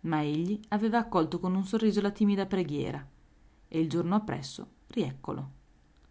ma egli aveva accolto con un sorriso la timida preghiera e il giorno appresso rieccolo